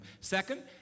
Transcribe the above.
Second